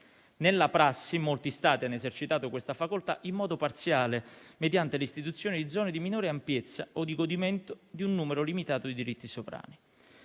Nella prassi, molti Stati hanno esercitato questa facoltà in modo parziale, mediante l'istituzione di zone di minore ampiezza o di godimento di un numero limitato di diritti sovrani.